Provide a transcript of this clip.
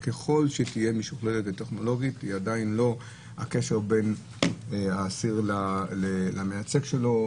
ככל שתהיה משוכללת וטכנולוגית היא עדיין לא הקשר בין האסיר למייצג שלו,